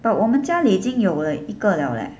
but 我们家已经有了一个了 leh